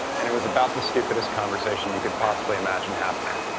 and it was about the stupidest conversation you could possibly imagine happening.